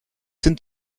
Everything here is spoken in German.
sind